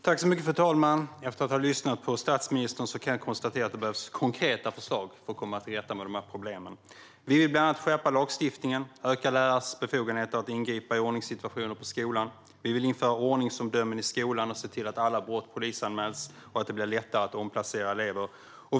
Fru talman! Efter att ha lyssnat på statsministern kan jag konstatera att det behövs konkreta förslag för att komma till rätta med problemen. Vi vill bland annat skärpa lagstiftningen, öka lärares befogenheter att ingripa i ordningssituationer på skolan, införa ordningsomdömen i skolan och se till att alla brott polisanmäls och att det blir lättare att omplacera elever.